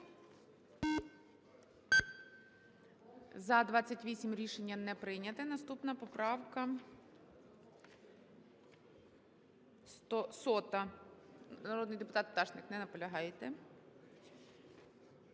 За-28 Рішення не прийнято. Наступна поправка - 100, народний депутат Пташник. Не наполягаєте.